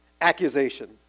Accusation